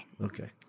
Okay